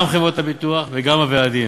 גם חברות הביטוח וגם הוועדים.